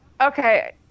Okay